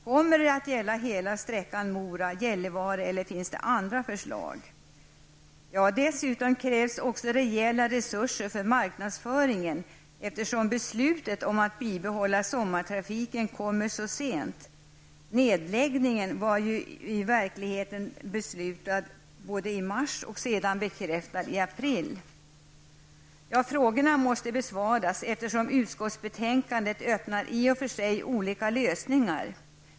Kommer det att gälla hela sträckan Mora--Gällivare eller finns det andra förslag? Dessutom krävs rejäla resurser för marknadsföringen, eftersom beslutet om att bibehålla sommartrafiken kommer så sent. Nedläggningen var ju i verkligheten beslutad redan i mars och sedan bekräftad i april. Frågorna måste besvaras, eftersom utskottsbetänkandet i och för sig öppnar dörren för olika lösningar.